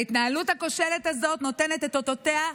ההתנהלות הכושלת הזאת נותנת את אותותיה,